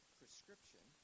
prescription